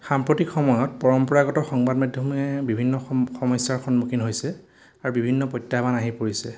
সাম্প্ৰতিক সময়ত পৰম্পৰাগত সংবাদ মাধ্যমে বিভিন্ন সমস্যাৰ সন্মুখীন হৈছে আৰু বিভিন্ন প্ৰত্যাহ্বান আহি পৰিছে